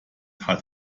hat